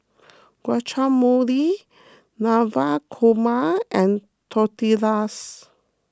Guacamole Navratan Korma and Tortillas